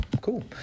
Cool